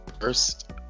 first